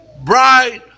bright